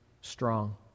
strong